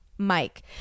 Mike